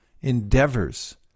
endeavors